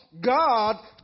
God